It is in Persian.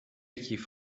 کیف